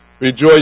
Rejoice